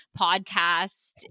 podcast